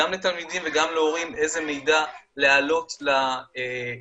גם לתלמידים וגם להורים איזה מידע להעלות לרשות,